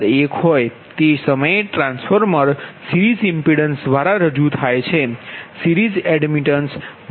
તે સમયે transformer series impedance દ્વારા રજૂ થાય છે સિરીઝ એડમિટેન્સ ypq છે